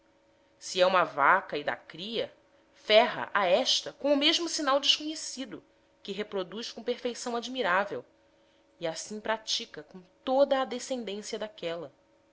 se é uma vaca e dá cria ferra a esta com o mesmo sinal desconhecido que reproduz com perfeição admirável e assim pratica com toda a descendência daquela